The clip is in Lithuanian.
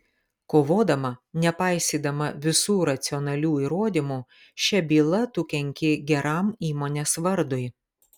kovodama nepaisydama visų racionalių įrodymų šia byla tu kenki geram įmonės vardui